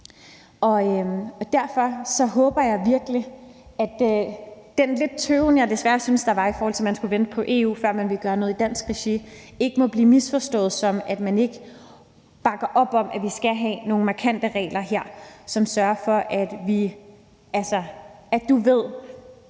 Derfor håber jeg virkelig, at den lille tøven, jeg desværre synes der var, i forhold til at man skulle vente på EU, før man ville gøre noget i dansk regi, ikke må blive misforstået, som at man ikke bakker op om, at vi skal have nogle markante regler her, som sørger for, at du ved,